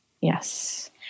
Yes